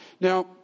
Now